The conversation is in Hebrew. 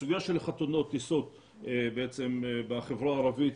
הסוגיה של החתונות בחברה הערבית,